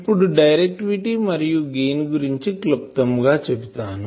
ఇప్పుడు డైరెక్టివిటీ మరియు గెయిన్ గురించి క్లుప్తము గా చెప్తాను